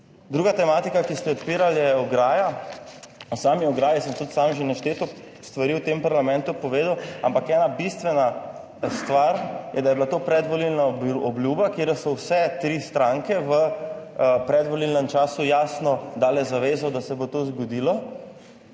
Druga tematika, ki ste jo odpirali je ograja. O sami ograji sem tudi sam že našteto stvari v tem parlamentu povedal, ampak ena bistvena stvar je, da je bila to predvolilna obljuba, kjer da so vse tri stranke v predvolilnem času jasno dale zavezo, da se bo to zgodilo.